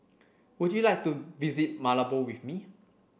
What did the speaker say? would you like to visit Malabo with me